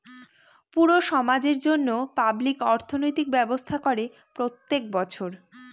পুরো সমাজের জন্য পাবলিক অর্থনৈতিক ব্যবস্থা করে প্রত্যেক বছর